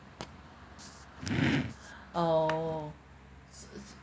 orh